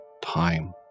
time